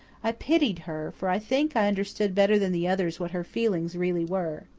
i pitied her, for i think i understood better than the others what her feelings really were.